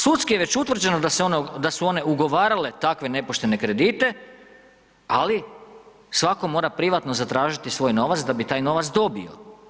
Sudski je već utvrđeno da su one ugovarale takve nepoštene kredite, ali svatko mora privatno zatražiti svoj novac da bi taj novac dobio.